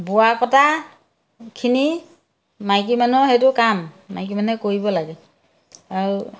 বোৱা কটাখিনি মাইকী মানুহ সেইটো কাম মাইকী মানুহে কৰিব লাগে আৰু